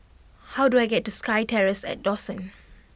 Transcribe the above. how do I get to SkyTerrace at Dawson